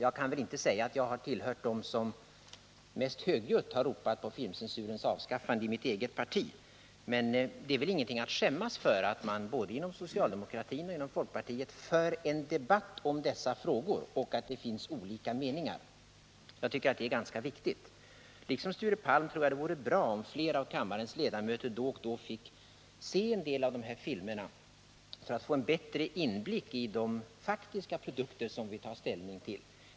Jag kan väl inte säga att jag i mitt eget parti har tillhört dem som mest högljutt har ropat på filmcensurens avskaffande, men det är inget att skämmas för att det inom både folkpartiet och socialdemokratin förs en debatt om dessa frågor och att det finns olika meningar. Jag tycker att det är ganska viktigt. Liksom Sture Palm tror jag att det vore bra, om fler av kammarens ledamöter då och då fick se en del av de här filmerna för att få en bättre inblick i de faktiska produkter som vi tar ställning till.